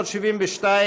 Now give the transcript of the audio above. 372,